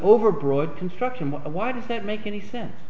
overbroad construction why does it make any sense